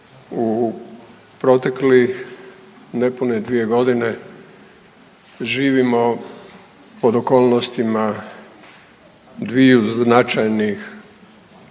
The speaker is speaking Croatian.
u proteklih nepune 2 godine živimo pod okolnostima dviju značajnih